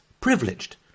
privileged